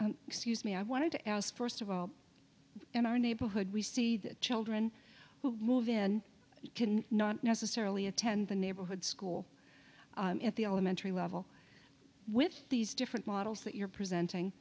yes excuse me i wanted to ask first of all in our neighborhood we see children who move in can not necessarily attend the neighborhood school at the elementary level with these different models that you're presenting